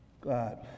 God